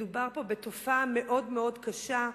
מדובר פה בתופעה מאוד מאוד קשה.